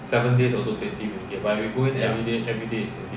ya